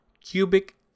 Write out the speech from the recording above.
cubic